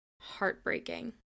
heartbreaking